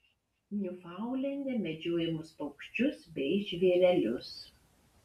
niufaundlende medžiojamus paukščius bei žvėrelius